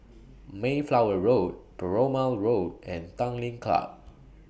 Mayflower Road Perumal Road and Tanglin Club